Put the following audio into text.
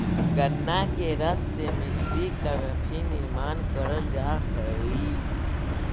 गन्ना के रस से मिश्री का भी निर्माण करल जा हई